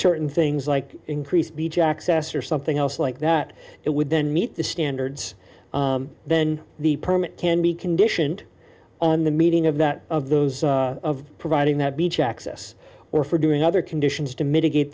certain things like increased beach access or something else like that it would then meet the standards then the permit can be conditioned on the meeting of that of those of providing that beach access or for doing other conditions to mitigate